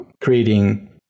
creating